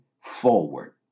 forward